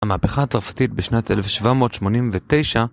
המהפכה הצרפתית בשנת 1789